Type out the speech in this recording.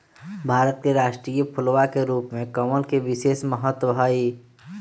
भारत के राष्ट्रीय फूलवा के रूप में कमल के विशेष महत्व हई